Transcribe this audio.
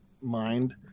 mind